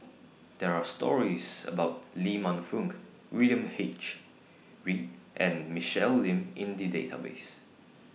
There Are stories about Lee Man Fong William H Read and Michelle Lim in The Database